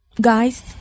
Guys